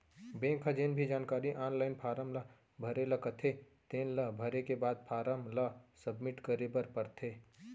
bank ह जेन भी जानकारी आनलाइन फारम ल भरे ल कथे तेन ल भरे के बाद फारम ल सबमिट करे बर परथे